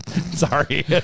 Sorry